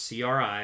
CRI